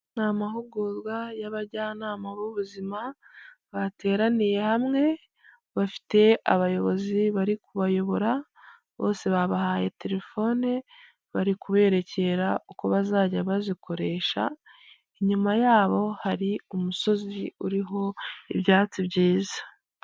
Ni amahugurwa y'abajyanama b'ubuzima, bateraniye hamwe bafite abayobozi bari kubayobora bose babahaye telefone bari kubererekera uko bazajya bazikoresha, inyuma yabo hari umusozi uriho ibyatsi byiza.